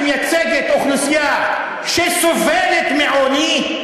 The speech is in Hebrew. שמייצגת אוכלוסייה שסובלת מעוני,